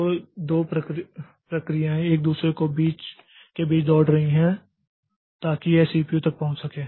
तो दो प्रक्रियाएं एक दूसरे के बीच दौड़ रही हैं ताकि यह सीपीयू तक पहुंच सके